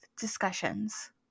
discussions